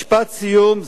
משפט סיום.